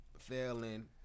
Failing